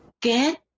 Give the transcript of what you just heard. get